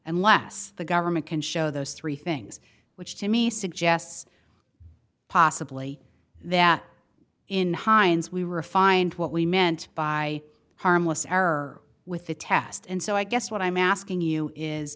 unless the government can show those three things which to me suggests possibly that in hinds we refined what we meant by harmless error with the test and so i guess what i'm asking you is